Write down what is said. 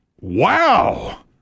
Wow